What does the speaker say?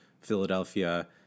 Philadelphia